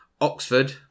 Oxford